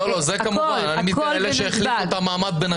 אני אומר לכם משהו אחרון למחשבה ואני אדבר בעדינות.